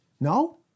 No